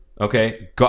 Okay